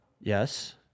yes